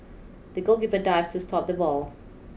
the goalkeeper dived to stop the ball